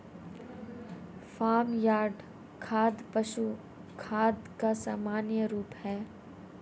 farm yard खाद पशु खाद का सामान्य रूप है